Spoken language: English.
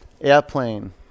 Airplane